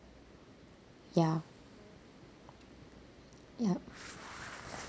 ya ya